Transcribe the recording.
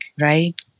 right